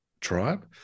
tribe